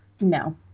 No